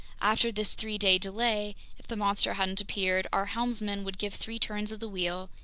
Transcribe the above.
after this three-day delay, if the monster hadn't appeared, our helmsman would give three turns of the wheel,